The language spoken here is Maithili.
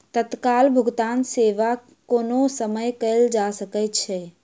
तत्काल भुगतान सेवा कोनो समय कयल जा सकै छै